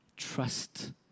Trust